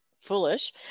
foolish